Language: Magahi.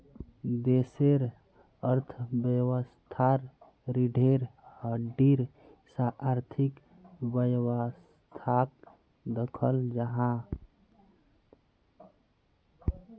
देशेर अर्थवैवास्थार रिढ़ेर हड्डीर सा आर्थिक वैवास्थाक दख़ल जाहा